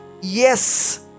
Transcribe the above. yes